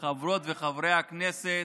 חברות וחברי הכנסת,